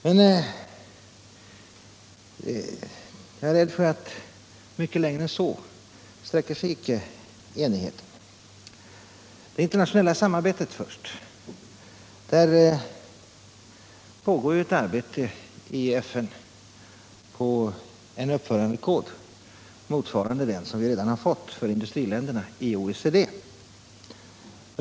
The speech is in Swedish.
Jag är dock rädd för att mycket längre än så sträcker sig icke enigheten. Om behovet av Det internationella samarbetet skall jag ta upp först. Där pågår ju i = kontroll över FN ett arbete med en uppförandekod, motsvarande den som vi redan = internationella har fått för industriländerna i OECD.